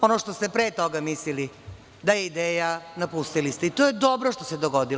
Ono što ste pre toga mislili da je ideja, napustili ste i to je dobro što se dogodilo.